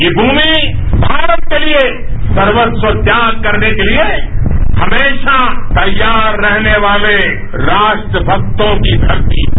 ये भूमि भारत के लिए सर्वस्व त्याग करने के लिए हमेशा तैयार रहने वाले राष्ट्रभक्तों की धरती है